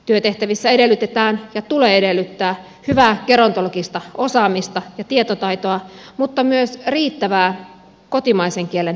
työtehtävissä edellytetään ja tulee edellyttää hyvää gerontologista osaamista ja tietotaitoa mutta myös riittävää kotimaisen kielen taitoa